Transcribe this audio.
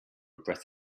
breath